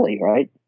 Right